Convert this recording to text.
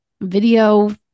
video